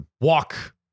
Walk